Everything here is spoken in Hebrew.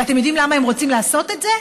ואתם יודעים למה הם רוצים לעשות את זה?